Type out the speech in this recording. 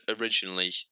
originally